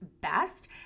best